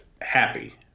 happy